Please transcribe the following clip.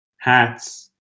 hats